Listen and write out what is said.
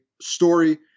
story